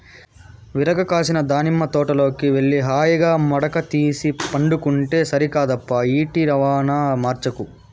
విరగ కాసిన దానిమ్మ తోటలోకి వెళ్లి హాయిగా మడక తీసుక పండుకుంటే సరికాదప్పా ఈటి రవాణా మార్చకు